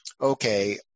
okay